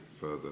further